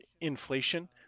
inflation